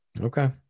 okay